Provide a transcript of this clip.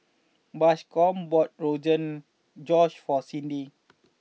Bascom bought Rogan Josh for Cyndi